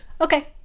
okay